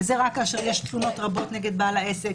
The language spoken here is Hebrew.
וזה רק כאשר יש תלונות רבות נגד בעל העסק,